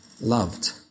loved